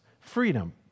freedom